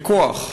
בכוח,